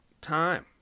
time